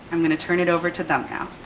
i'm gonna turn it over to them now.